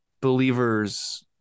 believers